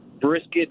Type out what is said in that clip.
brisket